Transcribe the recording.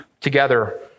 together